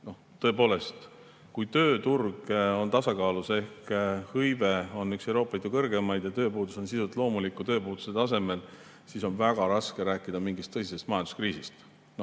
Tõepoolest, kui tööturg on tasakaalus ehk hõive on üks Euroopa Liidu kõrgemaid ja tööpuudus on sisuliselt loomuliku tööpuuduse tasemel, siis on väga raske rääkida mingist tõsisest majanduskriisist. Noh,